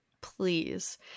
please